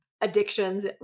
addictions